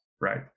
right